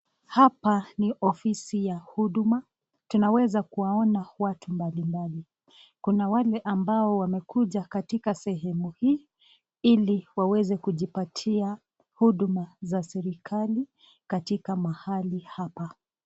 Hapa ni ofisi ya huduma. Tunaweza kuwaona watu mbalimbali, kuna wale ambao wamekuja katika sehemu hii ili waweze kujipatia huduma za serikali katika mahali hapa.